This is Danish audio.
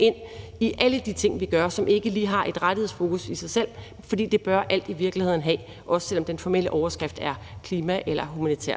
ind i alle de ting, vi gør, som ikke lige har et rettighedsfokus i sig selv. Det bør alt i virkeligheden have, også selv om den formelle overskrift er klima eller det humanitære.